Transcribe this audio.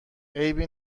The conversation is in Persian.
عیبی